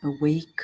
awake